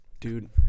Dude